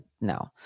no